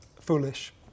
foolish